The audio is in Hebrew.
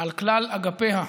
על כלל אגפיה ללימודים,